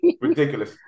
ridiculous